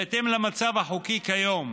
בהתאם למצב החוקי כיום,